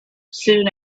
soon